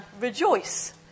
rejoice